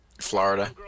Florida